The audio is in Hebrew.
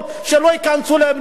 ברגע שהם נכנסו,